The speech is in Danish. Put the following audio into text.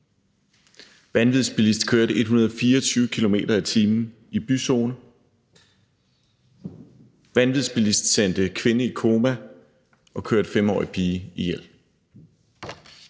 »Vanvidsbilist kørte 124 km/t. i byzone«. »Vanvidsbilist sendte kvinde i koma og kørte 5-årig pige ihjel«.